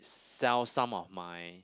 sell some of my